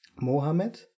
Mohammed